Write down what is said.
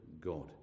God